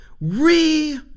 re-